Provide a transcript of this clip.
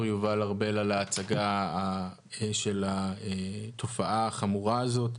יובל ארבל על ההצגה של התופעה החמורה הזאת.